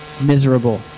miserable